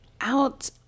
Out